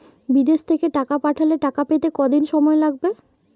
বিদেশ থেকে টাকা পাঠালে টাকা পেতে কদিন সময় লাগবে?